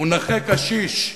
הוא נכה קשיש.